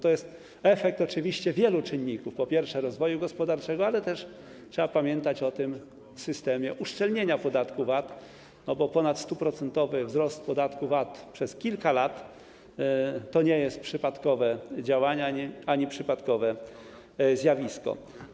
To jest efekt oczywiście wielu czynników: po pierwsze, rozwoju gospodarczego, ale też trzeba pamiętać o systemie uszczelnienia podatku VAT, bo ponad 100-procentowy wzrost podatku VAT przez kilka lat to nie jest przypadkowe działanie ani przypadkowe zjawisko.